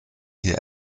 hier